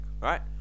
right